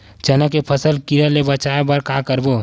चना के फसल कीरा ले बचाय बर का करबो?